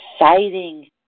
exciting